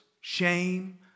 shame